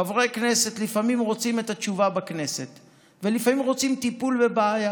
חברי כנסת לפעמים רוצים את התשובה בכנסת ולפעמים רוצים טיפול בבעיה,